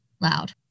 loud